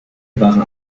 waren